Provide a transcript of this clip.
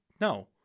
No